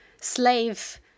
slave